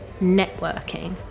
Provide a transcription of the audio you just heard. Networking